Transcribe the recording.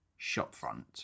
shopfront